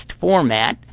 format